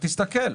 תסתכל,